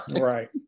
Right